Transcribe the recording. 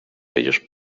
ellos